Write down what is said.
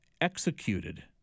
executed